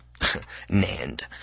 NAND